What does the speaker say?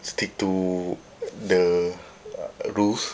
stick to the uh rules